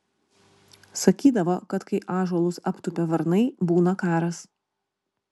sakydavo kad kai ąžuolus aptupia varnai būna karas